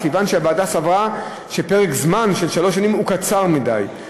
כיוון שהוועדה סברה שפרק זמן של שלוש שנים הוא קצר מדי,